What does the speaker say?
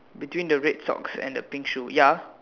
between the red socks and the pink shoe ya